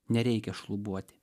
nereikia šlubuoti